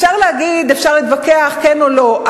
אפשר להגיד, אפשר להתווכח, כן או לא.